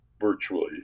virtually